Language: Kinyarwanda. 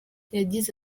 yagize